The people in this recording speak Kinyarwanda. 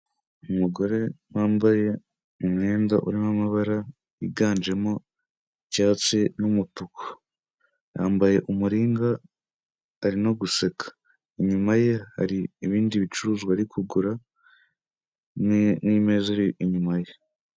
Umugore wambaye umwenda urimo amabara yiganjemo icyatsi n'umutuku. Yambaye umuringa arimo guseka. Inyuma ye hari ibindi bicuruzwa arikugura n'imeza inyuma ye.